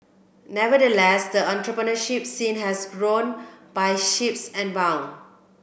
nevertheless the entrepreneurship scene has grown by sheeps and bound